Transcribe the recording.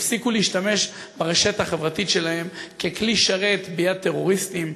יפסיקו להשתמש ברשת החברתית שלהם ככלי שרת ביד טרוריסטים,